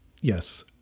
Yes